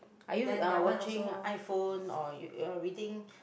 are you uh watching iPhone or uh reading